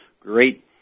great